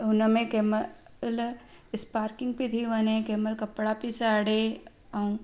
हुन में केॾीमहिल स्पार्किंग थी थी वञे केॾीमहिल कपड़ा पई साड़े ऐं